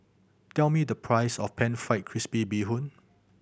tell me the price of Pan Fried Crispy Bee Hoon